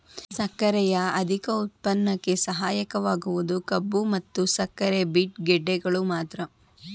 ಸಕ್ಕರೆಯ ಅಧಿಕ ಉತ್ಪನ್ನಕ್ಕೆ ಸಹಾಯಕವಾಗುವುದು ಕಬ್ಬು ಮತ್ತು ಸಕ್ಕರೆ ಬೀಟ್ ಗೆಡ್ಡೆಗಳು ಮಾತ್ರ